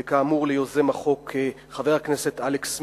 וכאמור, ליוזם החוק, חבר הכנסת אלכס מילר.